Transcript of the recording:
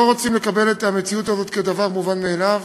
לא רוצים לקבל את המציאות הזאת כדבר מובן מאליו,